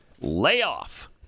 layoff